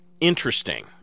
interesting